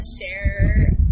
share